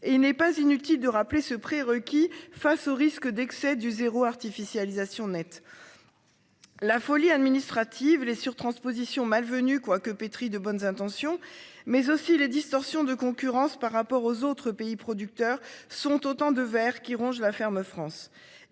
et n'est pas inutile de rappeler ce prérequis face au risque d'excès du zéro artificialisation nette. La folie administrative les sur-transpositions malvenu quoi que pétrie de bonnes intentions, mais aussi les distorsions de concurrence par rapport aux autres pays producteurs sont autant de verre qui ronge la ferme France